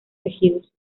tejidos